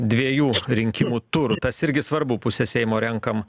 dviejų rinkimų turų tas irgi svarbu pusę seimo renkam